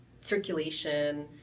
circulation